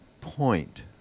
point